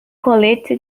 colete